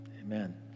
Amen